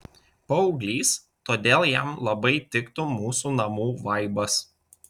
paauglys todėl jam labai tiktų mūsų namų vaibas